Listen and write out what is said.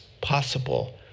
possible